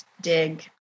dig